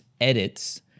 edits